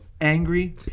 angry